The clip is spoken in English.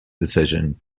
decision